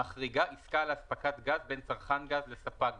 מחריגה עסקה לאספקת גז בין צרכן גז לספק גז.